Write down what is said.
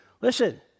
Listen